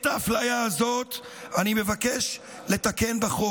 את האפליה הזאת אני מבקש לתקן בחוק.